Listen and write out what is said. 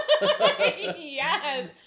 Yes